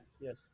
Yes